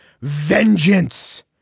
Vengeance